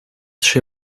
she